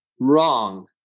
wrong